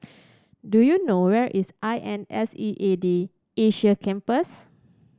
do you know where is I N S E A D Asia Campus